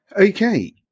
Okay